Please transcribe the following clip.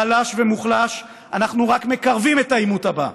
חלש ומוחלש, אנחנו רק מקרבים את העימות הבא,